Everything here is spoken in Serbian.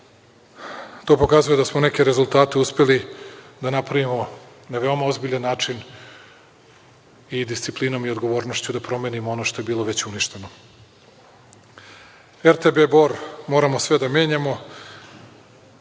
pokazuje da smo neke rezultate uspeli da napravimo na veoma ozbiljan način i disciplinom i odgovornošću da promenimo ono što je bilo već uništeno. RTB Bor, moramo sve da menjamo.